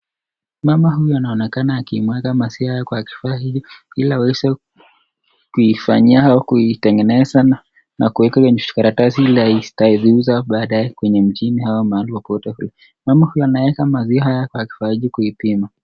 Mama huyu anaonekana akimwaga maziwa haya kwa kifaa ili aweze kuifanyia au kutengeneza na kuweka kwenye karatasi, ili atauza kwenye mjini au wa makaoto huu, mama huyu anaweka maziwa haya kwa ajili kuipima.